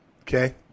Okay